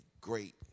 great